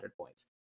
points